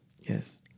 Yes